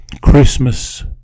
Christmas